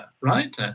right